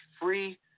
free